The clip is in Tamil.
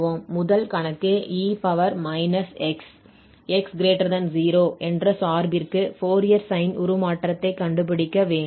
முதல் கணக்கு e−x x 0 என்ற சார்பிற்க்கு ஃபோரியர் சைன் உருமாற்றத்தைக் கண்டுபிடிக்க வேண்டும்